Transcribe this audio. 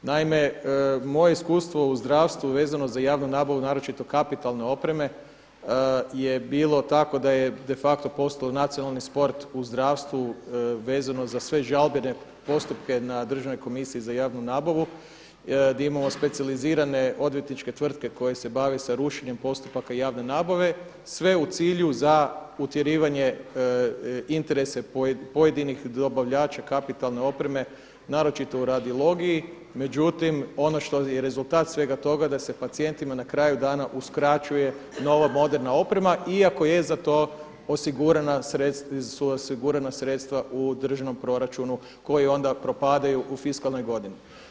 Naime, moje iskustvo u zdravstvu vezano za javnu nabavu naročito kapitalne opreme je bilo tako da je defacto postalo nacionalni sport u zdravstvu vezano za sve žalbene postupke na državnoj komisiji za javnu nabavu gdje imamo specijalizirane odvjetničke tvrtke koje se bave sa rušenjem postupaka javne nabave sve u cilju za utjerivanje interesa pojedinih dobavljača kapitalne opreme naročito u radiologiji međutim ono što je rezultat svega toga da se pacijentima na kraju dana uskraćuje nova moderna oprema iako su za to osigurana sredstva u državnom proračunu koji onda propadaju u fiskalnoj godini.